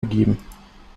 ergeben